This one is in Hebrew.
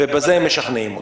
ובזה הם משכנעים אותם.